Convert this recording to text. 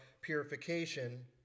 purification